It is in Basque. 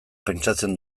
pentsatzen